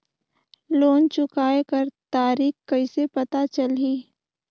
Loan चुकाय कर तारीक कइसे पता चलही?